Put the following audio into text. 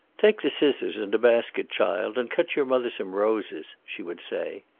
take the scissors and a basket, child, and cut your mother some roses, she would say.